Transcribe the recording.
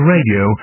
Radio